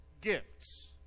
gifts